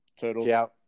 turtles